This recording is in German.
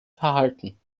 verhalten